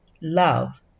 love